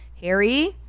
Harry